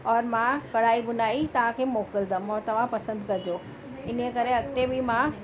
और मां कढ़ाई बुनाई तव्हां खे मोकिलींदमि और तव्हां पसंदि कजो इन ई करे अॻिते बि मां